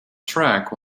track